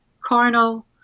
carnal